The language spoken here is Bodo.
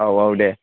औ औ दे